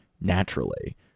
naturally